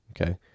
okay